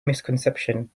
misconception